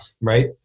right